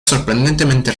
sorprendentemente